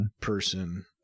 person